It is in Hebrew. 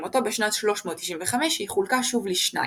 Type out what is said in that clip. ועם מותו בשנת 395 היא חולקה שוב לשניים,